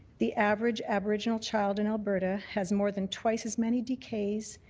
the average aboriginal child in alberta has more than twice as many decays,